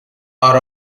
are